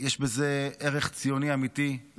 יש בזה ערך ציוני אמיתי,